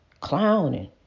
clowning